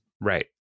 right